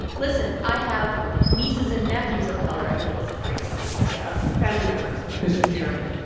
listen, i have nieces and nephews of color i believe is the phrase he used yes family members mr. chairman,